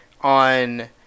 on